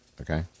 okay